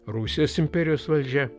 rusijos imperijos valdžia